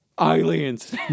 Aliens